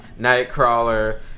Nightcrawler